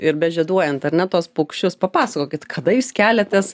ir bežieduojant ar ne tuos paukščius papasakokit kada jūs keliatės